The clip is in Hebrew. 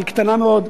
היא קטנה מאוד,